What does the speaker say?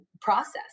process